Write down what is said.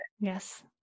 Yes